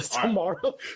tomorrow